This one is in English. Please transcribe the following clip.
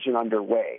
underway